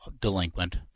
delinquent